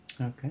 Okay